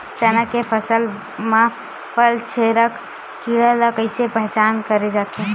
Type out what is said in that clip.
चना के फसल म फल छेदक कीरा ल कइसे पहचान करे जाथे?